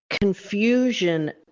confusion